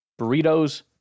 Burritos